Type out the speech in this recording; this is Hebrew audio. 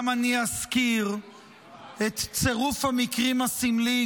גם אני אזכיר את צירוף המקרים הסמלי,